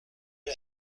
est